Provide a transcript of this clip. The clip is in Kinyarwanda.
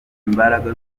imbaraga